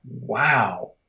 wow